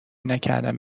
نکردم